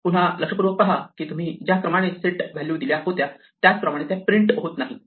पुन्हा लक्षपूर्वक पहा की तुम्ही ज्या क्रमाने सेट मध्ये व्हॅल्यू दिल्या होत्या त्याचप्रमाणे त्या प्रिंट होत नाहीत